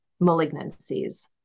malignancies